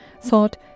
thought